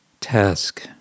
task